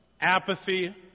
apathy